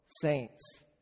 saints